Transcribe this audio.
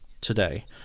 today